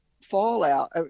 fallout